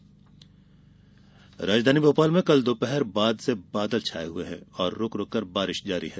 मौसम राजधानी भोपाल में कल दोपहर बाद स बादल छाये हुए हैं और रूक रूक कर बारिश जारी है